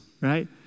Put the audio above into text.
right